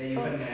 oh